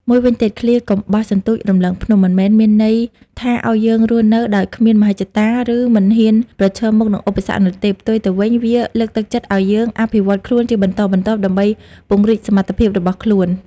មួយវិញទៀតឃ្លា កុំបោះសន្ទូចរំលងភ្នំ មិនមែនមានន័យថាឲ្យយើងរស់នៅដោយគ្មានមហិច្ឆតា ឬមិនហ៊ានប្រឈមមុខនឹងឧបសគ្គនោះទេ ផ្ទុយទៅវិញ វាលើកទឹកចិត្តឲ្យយើងអភិវឌ្ឍខ្លួនជាបន្តបន្ទាប់ដើម្បីពង្រីកសមត្ថភាពរបស់ខ្លួន។